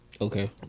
Okay